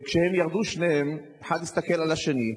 וכשהם ירדו שניהם, אחד הסתכל על השני,